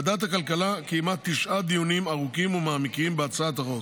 ועדת הכלכלה קיימה תשעה דיונים ארוכים ומעמיקים בהצעת החוק